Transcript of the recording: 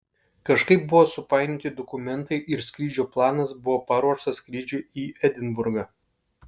kažkaip buvo supainioti dokumentai ir skrydžio planas buvo paruoštas skrydžiui į edinburgą